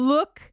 Look